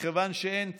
מכיוון שאין צו,